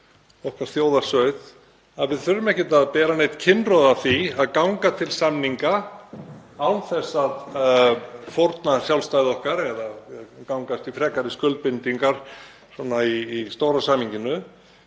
okkar þjóðarsauð, að við þurfum ekki að bera neinn kinnroða af því að ganga til samninga án þess að fórna sjálfstæði okkar eða gangast í frekari skuldbindingar svona í stóra samhenginu.